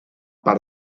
per